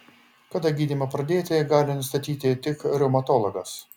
kada gydymą pradėti gali nustatyti tik reumatologas